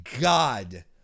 god